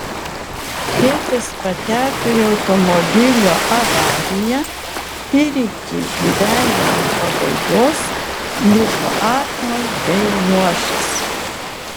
tėtis pateko į automobilio avariją ir iki gyvenimo pabaigos liko aklas bei luošas